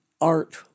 art